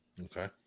Okay